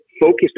focused